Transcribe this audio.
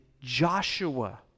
Joshua